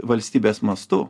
valstybės mastu